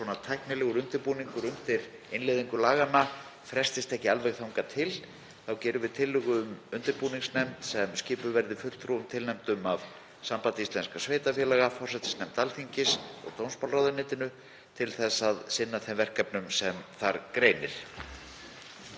að tæknilegur undirbúningur undir innleiðingu laganna frestist ekki alveg þangað til þá gerum við tillögu um undirbúningsnefnd sem skipuð verði fulltrúum tilnefndum af Sambandi íslenskra sveitarfélaga, forsætisnefnd Alþingis og dómsmálaráðuneytinu, til að sinna þeim verkefnum sem þar greinir.